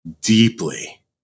deeply